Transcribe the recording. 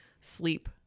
sleep